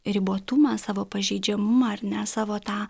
ribotumą savo pažeidžiamumą ar ne savo tą